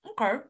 Okay